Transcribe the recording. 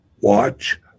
Watch